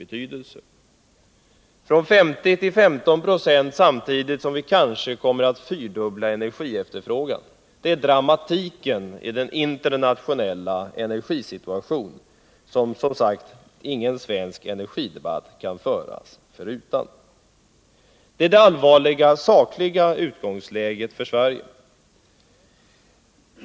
Det gäller alltså en minskning från 50 2 till 15 Zo samtidigt som vi kanske kommer att fyrdubbla energiefterfrågan. Detta är dramatiken i den internationella energisituation som, som sagt, ingen svensk energidebatt kan föras förutan. Detta är det allvarliga sakliga utgångsläget för Sverige.